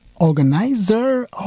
organizer